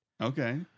Okay